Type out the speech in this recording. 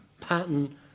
pattern